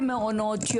במעונות,